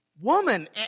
woman